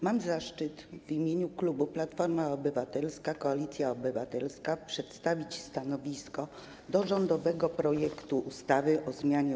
Mam zaszczyt w imieniu klubu Platforma Obywatelska - Koalicja Obywatelska przedstawić stanowisko wobec rządowego projektu ustawy o zmianie